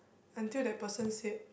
until that person said